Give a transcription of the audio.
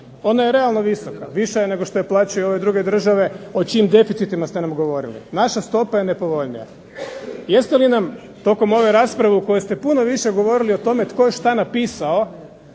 Ona je realno visoka, viša je nego što joj plaćaju one druge države o čijim deficitima ste nam govorili. Naša stopa je nepovoljnija. Jeste li nam tokom ove rasprave u kojoj ste puno više govorili o tome tko je što napisao,